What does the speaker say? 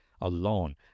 alone